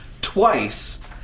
twice